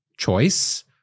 choice